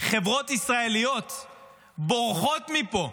חברות ישראליות בורחות מפה,